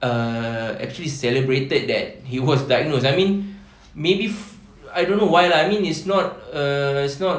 err actually celebrated that he was diagnosed I mean maybe I don't know why lah I mean it's not a it's not